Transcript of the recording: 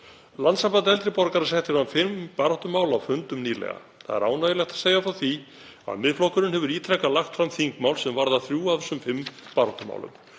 Landssamband eldri borgara setti fram fimm baráttumál á fundum nýlega. Það er ánægjulegt að segja frá því að Miðflokkurinn hefur ítrekað lagt fram þingmál sem varða þrjú af þessum fimm baráttumálum: